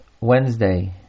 Wednesday